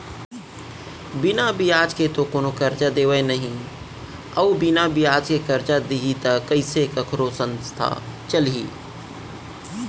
बिना बियाज के तो कोनो करजा देवय नइ अउ बिना बियाज के करजा दिही त कइसे कखरो संस्था चलही